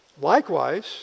Likewise